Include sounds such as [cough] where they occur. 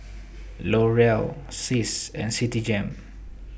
[noise] L'Oreal Sis and Citigem